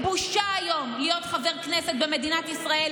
בושה היום להיות חבר כנסת במדינת ישראל.